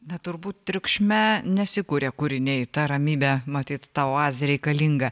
na turbūt triukšme nesikuria kūriniai ta ramybė matyt ta oazė reikalinga